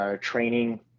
training